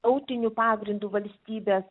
tautiniu pagrindu valstybės